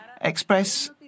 Express